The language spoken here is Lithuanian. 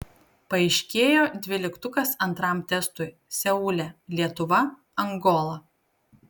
paaiškėjo dvyliktukas antram testui seule lietuva angola